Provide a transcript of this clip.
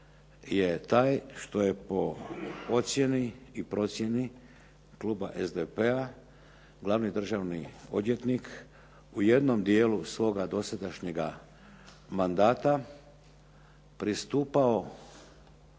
je taj što je po ocjeni i procjeni Kluba SDP-a glavni državni odvjetnik u jednom dijelu svoga dosadašnjega mandata pristupao